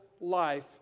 life